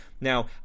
Now